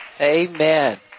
Amen